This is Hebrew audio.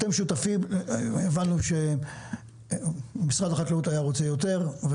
הבנו שמשרד החקלאות היה רוצה יותר,